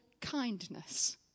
kindness